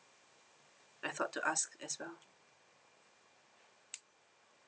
I thought to ask as well